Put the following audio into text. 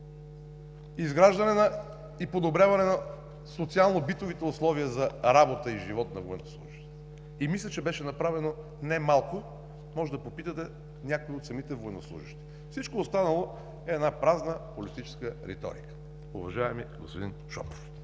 изграждане и подобряване на социално-битовите условия за работа и живот на военнослужещите. Мисля, че беше направено немалко. Може да попитате някой от самите военнослужещи. Всичко останало е една празна политическа риторика, уважаеми господин Шопов.